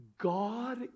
God